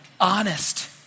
honest